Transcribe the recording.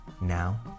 Now